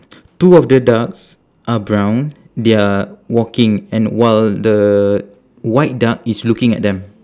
two of the ducks are brown they are walking and while the white duck is looking at them